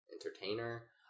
entertainer